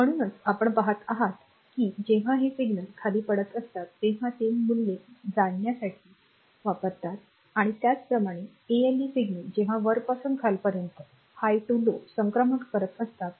म्हणूनच आपण पहात आहात की जेव्हा हे सिग्नल खाली पडत असतात तेव्हा ते मूल्ये जाणण्यासाठी वापरतात किंवा त्याचप्रमाणे एएलई सिग्नल जेव्हा वरपासून खालपर्यंत संक्रमण करत असतात